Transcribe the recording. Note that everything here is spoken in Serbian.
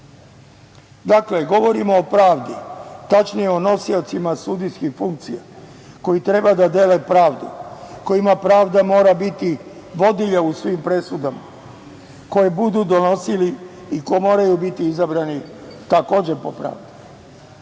domu. Dakle, govorimo o pravdi, tačnije o nosiocima sudijskih funkcija koji treba da dele pravdu, kojima pravda mora biti vodilja u svim presudama, koje budu donosili i koji moraju biti izabrani takođe po